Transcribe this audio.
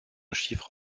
chiffre